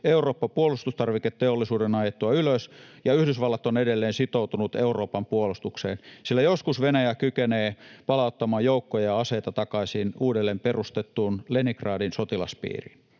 Eurooppa puolustustarviketeollisuuden ajettua ylös ja Yhdysvallat on edelleen sitoutunut Euroopan puolustukseen, sillä joskus Venäjä kykenee palauttamaan joukkoja ja aseita takaisin uudelleen perustettuun Leningradin sotilaspiiriin.